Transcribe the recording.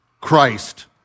Christ